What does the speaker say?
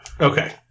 Okay